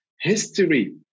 history